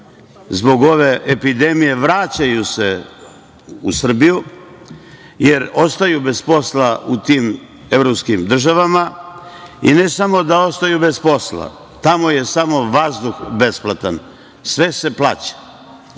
zbog ove epidemije se vraćaju u Srbiju, jer ostaju bez posla u tim evropskim državama i ne samo da ostaju bez posla, tamo je samo vazduh besplatan, sve se plaća. Mi